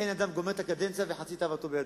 אין אדם גומר את הקדנציה וחצי תאוותו בידו,